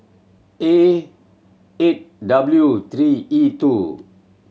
A eight W three E two